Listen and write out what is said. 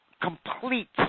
complete